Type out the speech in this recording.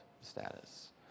status